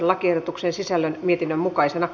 lakiehdotuksen sisällön mietinnön mukaisena